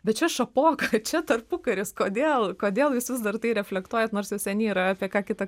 bet čia šapoka čia tarpukaris kodėl kodėl jūs vis dar tai reflektuojat nors jau seniai yra apie ką kita